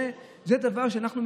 זה דבר שאנחנו,